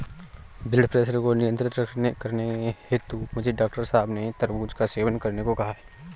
blood pressure को नियंत्रित करने हेतु मुझे डॉक्टर साहब ने तरबूज का सेवन करने को कहा है